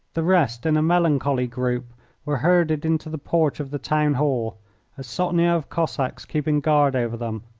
the rest in a melancholy group were herded into the porch of the town-hall, a sotnia of cossacks keeping guard over them.